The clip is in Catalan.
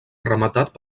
rematat